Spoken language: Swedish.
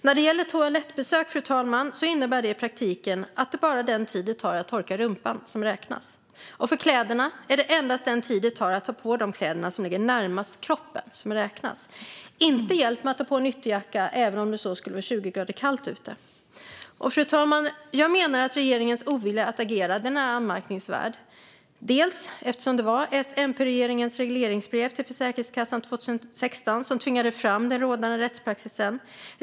När det gäller toalettbesök, fru talman, innebär detta i praktiken att det bara är den tid det tar att torka rumpan som räknas. För kläderna är det endast den tid det tar att ta på de kläder som ligger närmast kroppen som räknas - inte hjälp med att ta på en ytterjacka, även om det så skulle vara 20 grader kallt ute. Fru talman! Jag menar att regeringens ovilja att agera är anmärkningsvärd, delvis eftersom det var S-MP-regeringens regleringsbrev till Försäkringskassan 2016 som tvingade fram den rådande rättspraxisen.